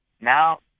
now